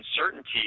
uncertainty